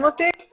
הקשור בממונות.